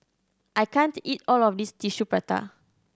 I can't eat all of this Tissue Prata